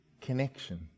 connection